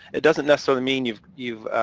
it doesn't necessarily mean you've you've